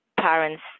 parents